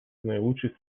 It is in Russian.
наилучший